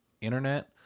internet